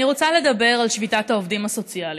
אני רוצה לדבר על שביתת העובדים הסוציאליים.